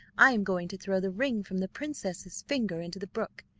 i am going to throw the ring from the princess's finger into the brook,